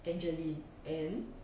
angeline and